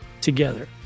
together